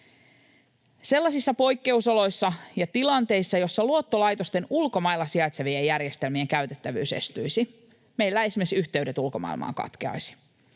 sellaisissa poikkeusoloissa ja tilanteissa, joissa luottolaitosten ulkomailla sijaitsevien järjestelmien käytettävyys estyisi, meillä esimerkiksi yhteydet ulkomaailmaan katkeaisivat.